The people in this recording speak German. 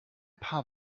paar